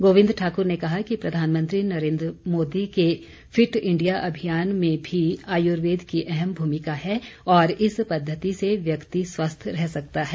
गोविंद ठाकुर ने कहा कि प्रधानमंत्री नरेन्द्र मोदी के फिट इंडिया अभियान में भी आयुर्वेद की अहम भूमिका है और इस पद्वति से व्यक्ति स्वस्थ रह सकता है